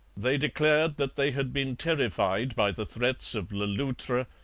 they declared that they had been terrified by the threats of le loutre,